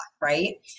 right